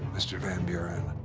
mr. van buren.